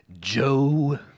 Joe